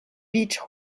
beach